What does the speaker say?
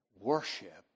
worship